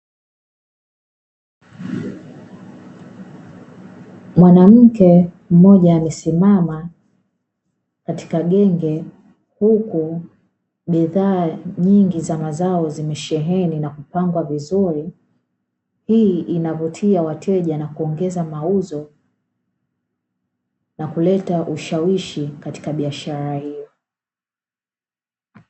Mwanamke mmoja amesimama katika genge, huku bidhaa nyingi za mazao zimesheheni na kupangwa vizuri. Hii inavutia wateja na kuongeza mauzo na kuleta ushawishi, katika biashara hiyo.